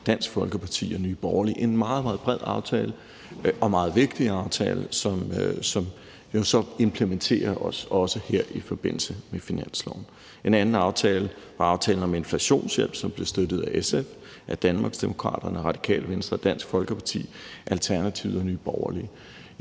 Dansk Folkeparti og Nye Borgerlige – en meget, meget bred aftale og en meget vigtig aftale, som vi jo så implementerer også her i forbindelse med finansloven. En anden aftale var aftalen om inflationshjælp, som blev støttet af SF, Danmarksdemokraterne, Radikale Venstre, Dansk Folkeparti, Alternativet og Nye Borgerlig.